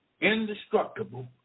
indestructible